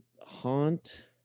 haunt